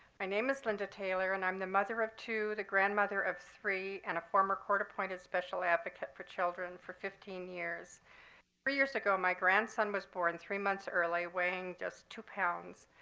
my name is linda taylor and i'm the mother of two, the grandmother of three, and a former court appointed special advocate for children for fifteen years. three years ago, my grandson was born three months early, weighing just two pounds.